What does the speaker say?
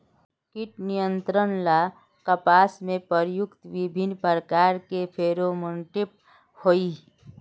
कीट नियंत्रण ला कपास में प्रयुक्त विभिन्न प्रकार के फेरोमोनटैप होई?